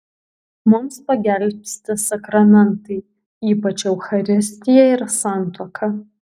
mums pagelbsti sakramentai ypač eucharistija ir santuoka